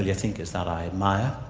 yeah thinkers that i admire,